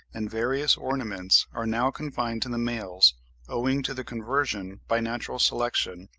and various ornaments, are now confined to the males owing to the conversion, by natural selection,